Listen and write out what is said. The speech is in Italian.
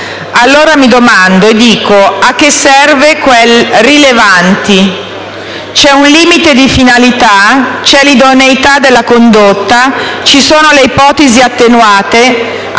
Allora, mi domando e dico: a che serve quel termine «rilevanti»? C'è un limite di finalità; c'è l'idoneità della condotta; ci sono le ipotesi attenuanti